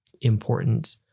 important